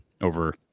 over